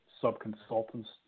sub-consultants